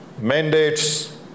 mandates